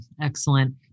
Excellent